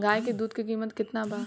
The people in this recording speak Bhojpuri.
गाय के दूध के कीमत केतना बा?